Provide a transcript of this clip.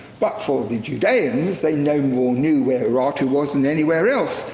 but for the judeans, they no more knew where urartu was than anywhere else.